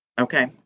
okay